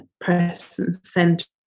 person-centered